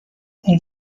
اون